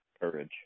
Courage